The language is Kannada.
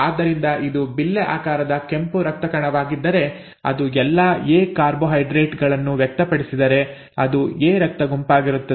ಆದ್ದರಿಂದ ಇದು ಬಿಲ್ಲೆ ಆಕಾರದ ಕೆಂಪು ರಕ್ತ ಕಣವಾಗಿದ್ದರೆ ಅದು ಎಲ್ಲಾ ಎ ಕಾರ್ಬೋಹೈಡ್ರೇಟ್ ಗಳನ್ನು ವ್ಯಕ್ತಪಡಿಸಿದರೆ ಅದು ಎ ರಕ್ತ ಗುಂಪಾಗಿರುತ್ತದೆ